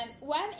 one